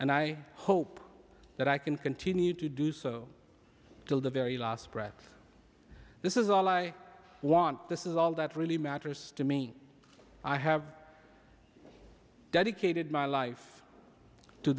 and i hope that i can continue to do so till the very last breath this is all i want this is all that really matters to me i have dedicated my life to